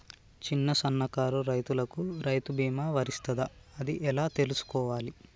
చిన్న సన్నకారు రైతులకు రైతు బీమా వర్తిస్తదా అది ఎలా తెలుసుకోవాలి?